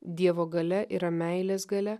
dievo galia yra meilės galia